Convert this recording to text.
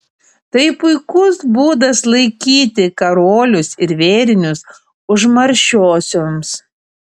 tai puikus būdas laikyti karolius ir vėrinius užmaršiosioms